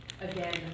Again